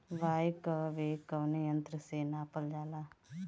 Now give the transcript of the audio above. वायु क वेग कवने यंत्र से नापल जाला?